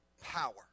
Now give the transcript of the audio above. power